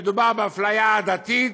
שמדובר באפליה עדתית,